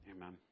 amen